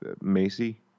Macy